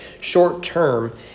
short-term